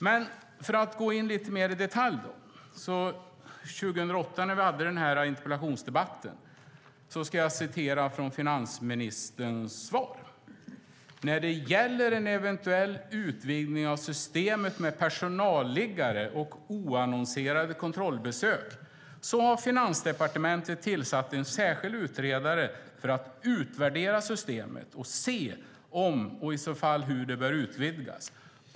Men för att gå in lite mer i detalj så ska jag citera från finansministerns svar när vi hade den här interpellationsdebatten 2008: "När det gäller en eventuell utvidgning av systemet med personalliggare och oannonserade kontrollbesök har Finansdepartementet tillsatt en utredare för att utvärdera systemet och se om och i så fall hur det bör utvidgas.